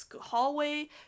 hallway